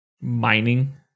Mining